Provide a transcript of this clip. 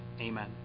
Amen